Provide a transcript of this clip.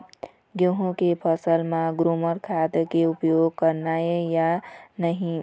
गेहूं के फसल म ग्रोमर खाद के उपयोग करना ये या नहीं?